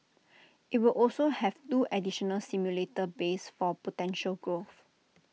IT will also have two additional simulator bays for potential growth